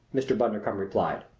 mr. bundercombe replied.